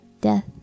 Death